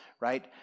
right